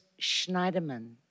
Schneiderman